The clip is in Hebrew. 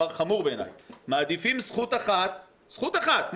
חבריי חברי הכנסת, לא